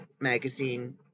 magazine